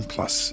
Plus